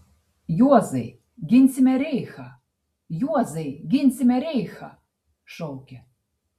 juozai ginsime reichą juozai ginsime reichą šaukia